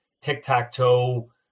tic-tac-toe